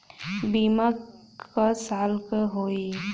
बीमा क साल क होई?